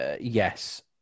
Yes